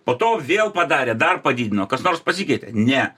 po to vėl padarė dar padidino kas nors pasikeitė ne